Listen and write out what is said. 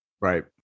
Right